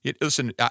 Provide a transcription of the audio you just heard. Listen